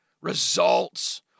results